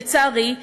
לצערי,